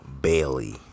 Bailey